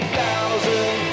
thousand